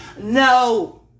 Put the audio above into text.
No